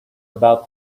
about